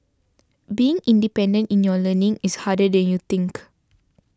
being independent in your learning is harder than you think